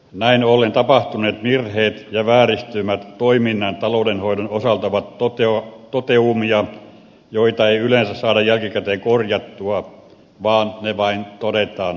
näin ollen tapahtuneet virheet ja vääristymät toiminnan ja taloudenhoidon osalta ovat toteumia joita ei yleensä saada jälkikäteen korjattua vaan ne vain todetaan tapahtuneiksi